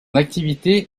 activité